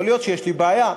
יכול להיות שיש לי בעיה,